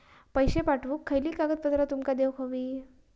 पैशे पाठवुक खयली कागदपत्रा तुमका देऊक व्हयी?